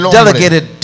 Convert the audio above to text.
delegated